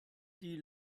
die